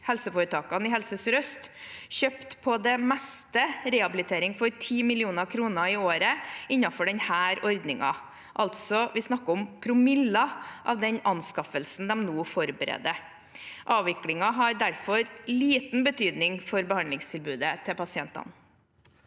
Helseforetakene i Helse sør-øst kjøpte på det meste rehabilitering for 10 mill. kr i året innenfor denne ordningen, altså snakker vi om promiller av den anskaffelsen de nå forbereder. Avviklingen har derfor liten betydning for behandlingstilbudet til pasientene.